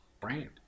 brand